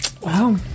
Wow